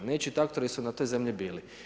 Nečiji traktori su na toj zemlji bili.